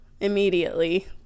immediately